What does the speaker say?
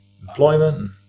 employment